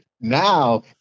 Now